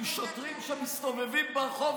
עם שוטרים שמסתובבים ברחוב,